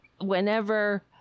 whenever